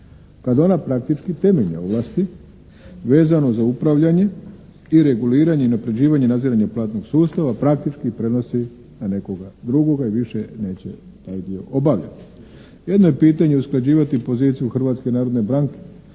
Kad ona praktički temeljne ovlasti vezano za upravljanje i reguliranje i unapređivanje i nadziranje platnog sustava praktički prenosi na nekoga drugoga i više neće taj dio obavljati. Jedno je pitanje usklađivati poziciju Hrvatske narodne banke